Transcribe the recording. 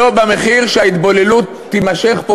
לא במחיר שהתבוללות תימשך פה,